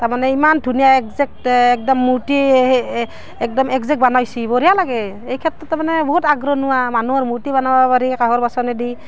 তাৰমানে ইমান ধুনীয়া একজেক্ট একদম মূৰ্তি একদম একজেক্ট বনাইছে বঢ়িয়া লাগে এইক্ষেত্ৰত তাৰমানে বহুত আগৰণুৱা মানুহৰ মূৰ্তি বনাব পাৰি কাঁহৰ বাচনেদি